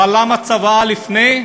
אבל למה צוואה לפני?